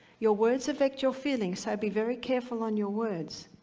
your words effect your feelings, so be very careful on your words.